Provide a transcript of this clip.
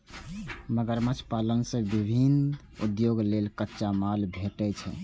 मगरमच्छ पालन सं विभिन्न उद्योग लेल कच्चा माल भेटै छै